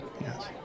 yes